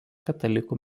katalikų